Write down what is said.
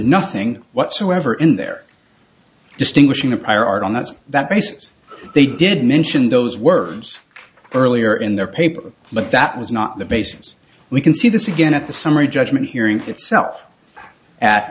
nothing whatsoever in their distinguishing a prior art on that's that basis they did mention those worms earlier in their paper but that was not the basis we can see this again at the summary judgment hearing itself at